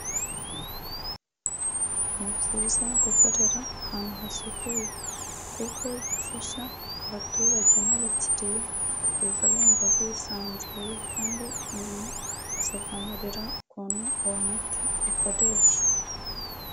Ni byiza gukorera ahantu hasukuye kuko bifasha abaturage n'abakiriya kuza bumva bisanzuye kandi ukanamusobanurira ukuntu uwo muti ukoreshwa.